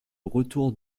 retour